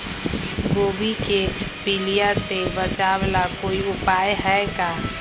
गोभी के पीलिया से बचाव ला कोई उपाय है का?